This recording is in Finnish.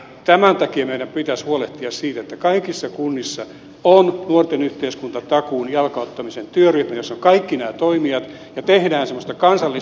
tämän takia meidän pitäisi huolehtia siitä että kaikissa kunnissa on nuorten yhteiskuntatakuun jalkauttamisen työryhmä jossa ovat kaikki nämä toimijat ja tehdään semmoista kansallista talkoota